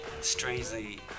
Strangely